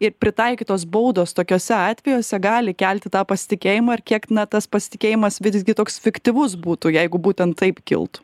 ir pritaikytos baudos tokiuose atvejuose gali kelti tą pasitikėjimą ir kiek na tas pasitikėjimas visgi toks fiktyvus būtų jeigu būtent taip kiltų